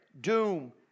doom